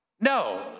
No